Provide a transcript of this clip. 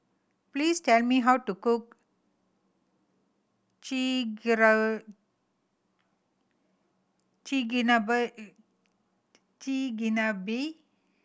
please tell me how to cook Chigenabe